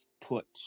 put